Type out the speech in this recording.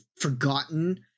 forgotten